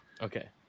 Okay